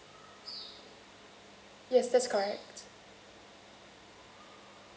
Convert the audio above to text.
yes that's correct